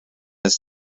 his